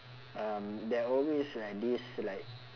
um there always like this like